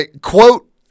quote